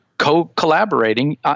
co-collaborating